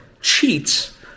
cheats